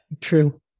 True